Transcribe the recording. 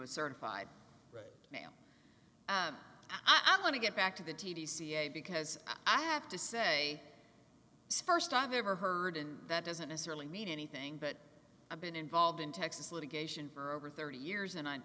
a certified mail i'm going to get back to the t t c a because i have to say st i've ever heard and that doesn't necessarily mean anything but i've been involved in texas litigation for over thirty years and i